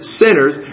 sinners